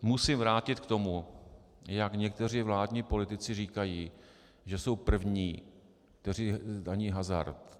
Musím se vrátit k tomu, jak někteří vládní politici říkají, že jsou první, kteří zdaní hazard.